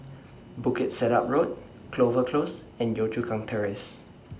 Bukit Sedap Road Clover Close and Yio Chu Kang Terrace